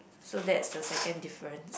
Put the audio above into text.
so that's the second difference